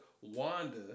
Wanda